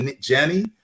Jenny